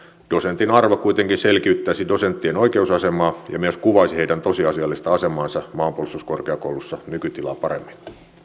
dosentin arvo kuitenkin selkiyttäisi dosenttien oikeusasemaa ja myös kuvaisi heidän tosiasiallista asemaansa maanpuolustuskorkeakoulussa nykytilaa paremmin